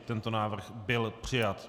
Tento návrh byl přijat.